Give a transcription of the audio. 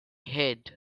head